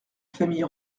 famille